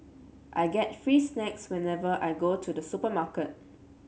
I get free snacks whenever I go to the supermarket